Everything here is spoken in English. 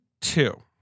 two